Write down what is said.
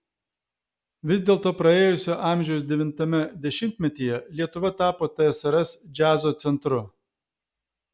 vis dėlto praėjusio amžiaus devintame dešimtmetyje lietuva tapo tsrs džiazo centru